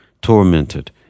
tormented